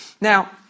Now